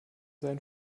sein